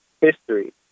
history